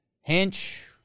Hinch